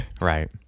right